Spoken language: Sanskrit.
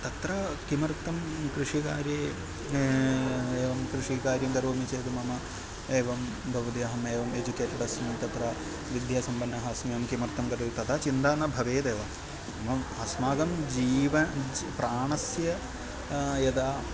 तत्र किमर्थं कृषिकार्ये एवं कृषिकार्यं करोमि चेत् मम एवं भवति अहम् एवं एजुकेटेड् अस्मि तत्र विद्यासम्पन्नः अस्मि एवं किमर्थं तद् तदा चिन्ता न भवेदेव एवम् अस्माकं जीव ज् प्राणस्य यदा